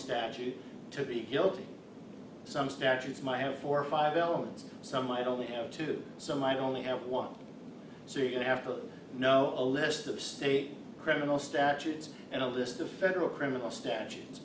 statute to be guilty some statutes might have four or five elements some might only have two so might only have one so you have to know a list of state criminal statutes and a list of federal criminal statutes